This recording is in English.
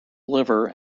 liver